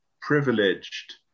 privileged